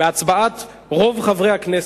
בהצבעת רוב חברי הכנסת.